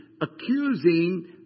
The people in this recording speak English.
accusing